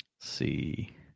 See